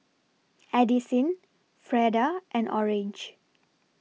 Addisyn Freda and Orange